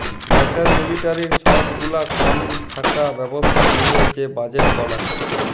দ্যাশের মিলিটারির সব গুলা কাম থাকা ব্যবস্থা লিয়ে যে বাজেট বলায়